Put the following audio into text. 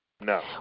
No